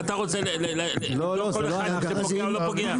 ואתה רוצה לבדוק כל אחד אם הוא פוגע או לא פוגע?